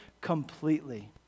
completely